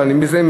אבל אני מסיים.